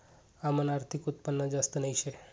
आमनं आर्थिक उत्पन्न जास्त नही शे